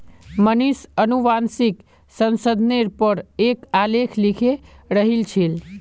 मनीष अनुवांशिक संशोधनेर पर एक आलेख लिखे रहिल छील